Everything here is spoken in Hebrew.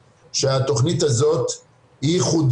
שהתכנית הזאת היא תכנית מאוד מאוד מרכזית,